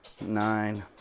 nine